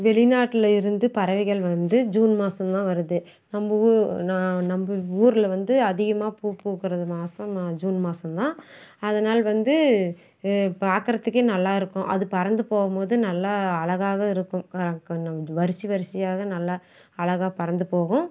வெளிநாட்டில் இருந்து பறவைகள் வந்து ஜூன் மாசந்தான் வருது நம்ம ஊ ந நம்ம ஊரில் வந்து அதிகமாக பூ பூக்கறது மாசம் ஜூன் மாசந்தான் அதனால் வந்து பார்க்கறத்துக்கே நல்லா இருக்கும் அது பறந்து போகும்போது நல்லா அழகாக இருக்கும் க கொஞ்சம் கொஞ்சம் வரிசை வரிசையாக நல்லா அழகா பறந்து போகும்